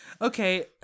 Okay